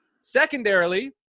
Secondarily